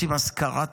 שמחוברות.